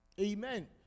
Amen